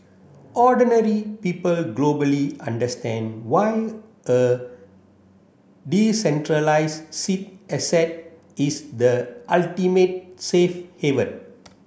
ordinary people globally understand why a decentralised asset is the ultimate safe haven